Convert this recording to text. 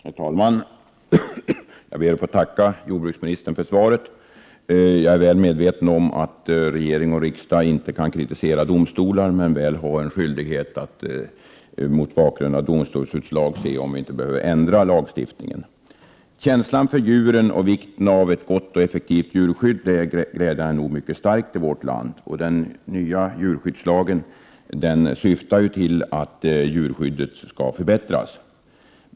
Herr talman! Jag ber att få tacka jordbruksministern för svaret. Jag är väl medveten om att regering och riksdag inte kan kritisera domstolar men väl har en skyldighet att mot bakgrund av domstolsutslag se om inte lagstiftningen behöver ändras. Det är glädjande att känslan för djuren är mycket stark i vårt land. Ett gott och effektivt djurskydd är viktigt. Syftet med den nya djurskyddslagen var att djurskyddet skulle förbättras.